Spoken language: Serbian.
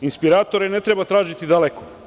Inspiratore ne treba tražiti daleko.